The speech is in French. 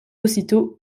aussitôt